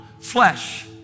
flesh